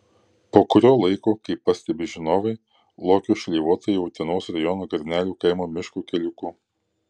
po kurio laiko kaip pastebi žinovai lokio šleivota jau utenos rajono garnelių kaimo miško keliuku